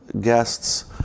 guests